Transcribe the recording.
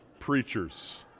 preachers